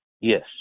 Yes